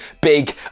big